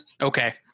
Okay